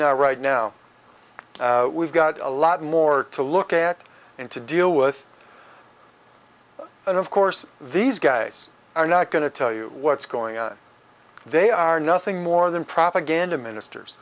now right now we've got a lot more to look at and to deal with and of course these guys are not going to tell you what's going on they are nothing more than propaganda ministers